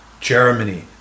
Germany